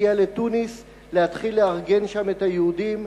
הגיע לתוניס להתחיל לארגן שם את היהודים.